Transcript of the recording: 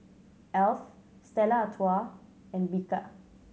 Alf Stella Artoi and Bika